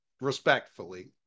Respectfully